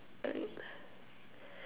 alright